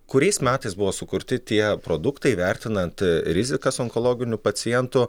kuriais metais buvo sukurti tie produktai vertinant rizikas onkologinių pacientų